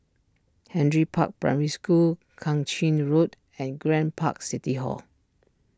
Henry Park Primary School Kang Ching Road and Grand Park City Hall